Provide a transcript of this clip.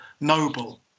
Noble